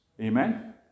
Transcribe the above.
Amen